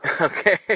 Okay